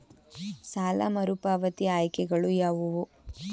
ಸಾಲ ಮರುಪಾವತಿ ಆಯ್ಕೆಗಳು ಯಾವುವು?